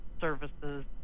services